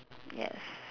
yes